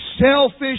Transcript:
selfish